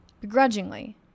Begrudgingly